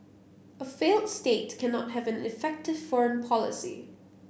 a failed state cannot have an effective foreign policy